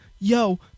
Yo